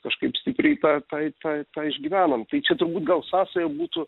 kažkaip stipriai tą tą tą tą išgyvenam tai čia turbūt gal sąsaja būtų